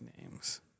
names